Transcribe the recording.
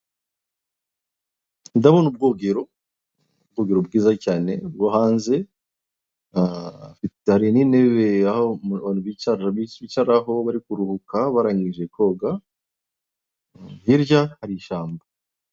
Ndabona ubwogero, ubwogero bwiza cyane bwo hanze, aa, hari n'intebe aho abantu bicara, bicaraho barangije koga, uuh, hirya hari ishyamba.